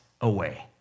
away